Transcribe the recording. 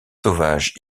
sauvages